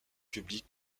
public